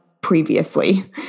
previously